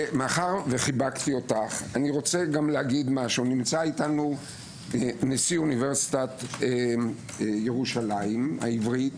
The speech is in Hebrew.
נמצא אתנו נשיא אוניברסיטת ירושלים העברית